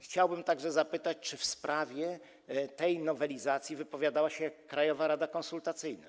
Chciałbym także zapytać, czy w sprawie tej nowelizacji wypowiadała się krajowa rada konsultacyjna.